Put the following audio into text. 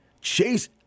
Chase